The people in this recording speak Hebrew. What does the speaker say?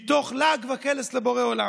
מתוך לעג וקלס לבורא עולם,